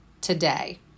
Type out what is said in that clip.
today